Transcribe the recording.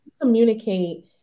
Communicate